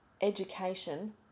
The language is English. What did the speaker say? education